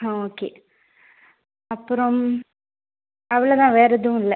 ஆ okay அப்புறம் அவ்வளோ தான் வேறு எதுவும் இல்லை